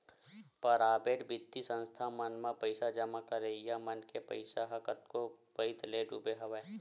private बित्तीय संस्था मन म पइसा जमा करइया मन के पइसा ह कतको पइत ले डूबे हवय